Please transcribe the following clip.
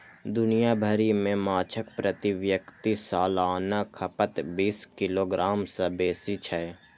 दुनिया भरि मे माछक प्रति व्यक्ति सालाना खपत बीस किलोग्राम सं बेसी छै